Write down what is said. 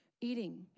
eating